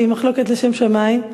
שהיא מחלוקת לשם שמים.